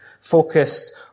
focused